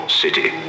city